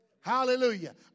Hallelujah